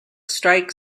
strike